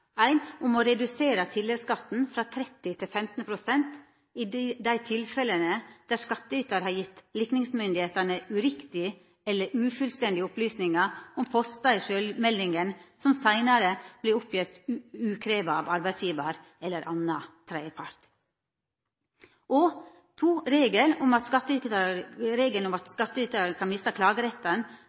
å redusera tilleggsskatten frå 30 pst. til 15 pst. i dei tilfella der skattytar har gjeve likningsmyndigheitene uriktige eller ufullstendige opplysningar om postar i sjølvmeldinga som seinare vert oppgjevne ukravde av arbeidsgjevar eller annan tredjepart. Regelen om at skattytar kan mista klageretten